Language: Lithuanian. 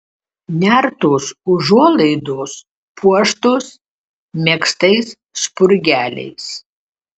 nertos užuolaidos puoštos megztais spurgeliais